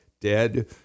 dead